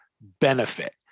benefit